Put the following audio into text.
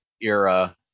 era